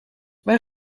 waar